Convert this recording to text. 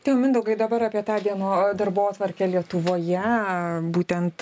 tai jau mindaugai dabar apie tą dieno darbotvarkę lietuvoje būtent